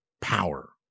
power